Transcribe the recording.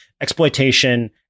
exploitation